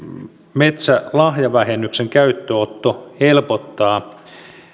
metsälahjavähennyksen käyttöönotto helpottaa